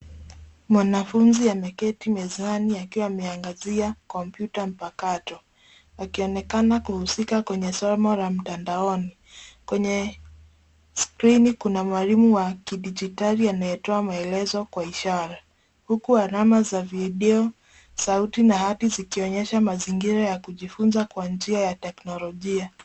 Mwnaafunzi ameketi mezani akiwa ameangazia kompyuta mpakato, akionekana kuhusika kwenye somo la mtandaoni. Kwenye skrini, kuna mwalimu wa kidijitali anayetoa maelezo kwa ishara, huku alama za video, sauti na hati zikionyesha mazingira ya kujifunza kwa njia ya teknolojia.